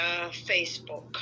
Facebook